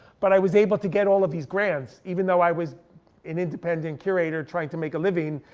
but i was able to get all of these grants, even though i was an independent curator trying to make a living.